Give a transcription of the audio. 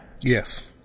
Yes